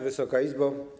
Wysoka Izbo!